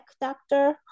doctor